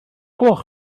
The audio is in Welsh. gloch